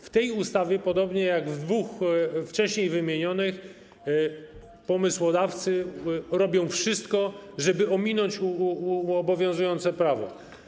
W tej ustawie, podobnie jak w dwóch wcześniej wymienionych, pomysłodawcy robią wszystko, żeby ominąć obowiązujące prawo.